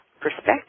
perspective